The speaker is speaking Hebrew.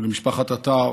ולמשפחת עטר,